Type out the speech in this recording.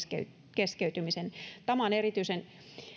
keskeytymisen tämä on erityisen